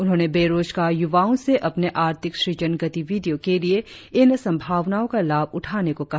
उन्होंने बेरोजगार युवाओं से अपने आर्थिक सुजन गतिविधियों के लिए इन संभावनाओं का लाभ उठाने को कहा